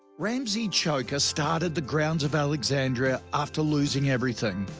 ramsey choker started the grounds of alexandria after losing everything.